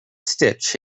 stitch